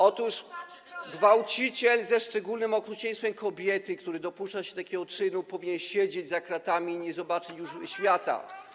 Otóż gwałciciel, ten, kto gwałci ze szczególnym okrucieństwem kobietę, dopuszcza się takiego czynu, powinien siedzieć za kratami i nie zobaczyć już świata.